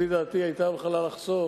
לפי דעתי היא היתה יכולה לחסוך